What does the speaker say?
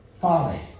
Folly